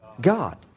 God